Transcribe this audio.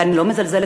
ואני לא מזלזלת,